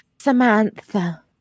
Samantha